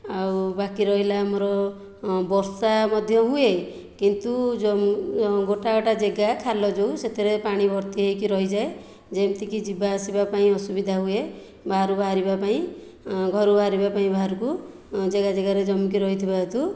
ଆଉ ବାକି ରହିଲା ଆମର ବର୍ଷା ମଧ୍ୟ ହୁଏ କିନ୍ତୁ ଗୋଟା ଗୋଟା ଜାଗା ଖାଲ ଯେଉଁ ସେଥିରେ ପାଣି ଭର୍ତ୍ତି ହୋଇକି ରହିଯାଏ ଯେମିତିକି ଯିବା ଆସିବା ପାଇଁ ଅସୁବିଧା ହୁଏ ବାହାରକୁ ବାହାରିବା ପାଇଁ ଘରୁ ବାହାରିବା ପାଇଁ ବାହାରକୁ ଜାଗା ଜାଗାରେ ଜମିକି ରହିଥିବା ହେତୁ